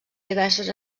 diverses